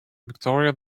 victoria